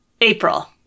April